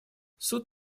суд